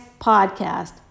podcast